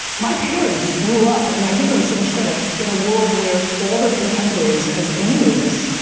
my parents grew up, and i give them so much credit, in a world where all their contemporaries, as, and you know this,